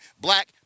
black